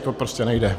To prostě nejde.